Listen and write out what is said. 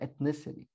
ethnicity